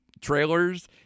trailers